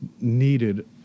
needed